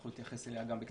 אנחנו נתייחס גם אליה בקצרה.